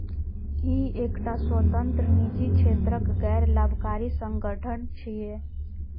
ई एकटा स्वतंत्र, निजी क्षेत्रक गैर लाभकारी संगठन छियै